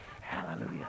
Hallelujah